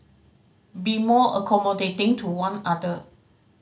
be more accommodating to one other